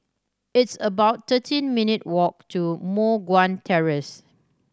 it's about thirteen minute ' walk to Moh Guan Terrace